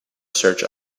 search